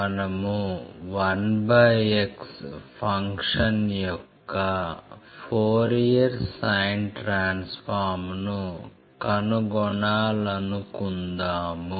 మనము 1x function యొక్క Fourier sine transform ను కనుగొనాలనుకుందాము